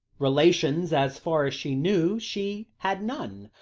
relations, as far as she knew, she had none.